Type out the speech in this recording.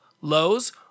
Lowe's